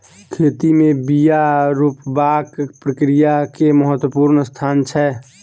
खेती में बिया रोपबाक प्रक्रिया के महत्वपूर्ण स्थान छै